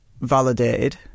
validated